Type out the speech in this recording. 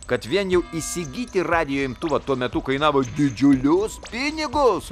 kad vien jau įsigyti radijo imtuvą tuo metu kainavo didžiulius pinigus